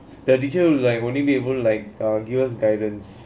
the details like only able like peers' guidance